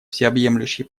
всеобъемлющей